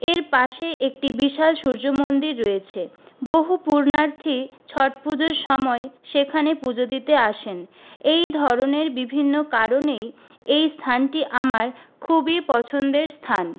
এর পাশে একটি বিশাল সূর্য মন্দির রয়েছে বহু পূণ্যার্থী ছট পুজোর সময় সেখানে পুজো দিতে আসেন এই ধরণের বিভিন্ন কারণেই এই স্থানটি আমার খুবই পছন্দের স্থান